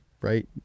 right